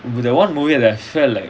the one movie that I felt like